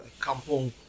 kampung